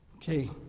Okay